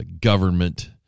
government